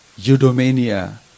eudomania